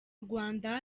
rwanda